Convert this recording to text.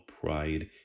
pride